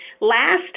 Last